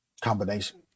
combination